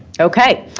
okay.